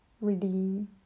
redeem